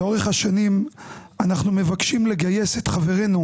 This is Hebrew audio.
לאורך השנים אנחנו מבקשים לגייס את חברינו,